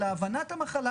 אלא הבנת המחלה,